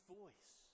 voice